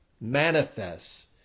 manifests